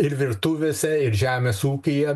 ir virtuvėse ir žemės ūkyje